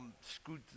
screwed